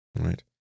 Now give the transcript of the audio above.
right